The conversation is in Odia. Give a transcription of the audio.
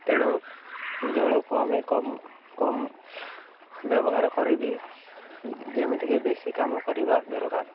ତେଣୁ ଜଳକୁ ଆମେ କମ୍ କମ୍ ବ୍ୟବହାର କରିବି ଯେମିତିକି ବେଶୀ କାମ କରିବା ଦରକାର